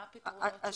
מה הפתרונות?